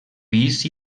pis